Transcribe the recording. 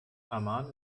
amman